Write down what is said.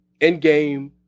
Endgame